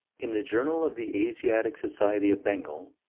in the journal of the asiatic society of bengal,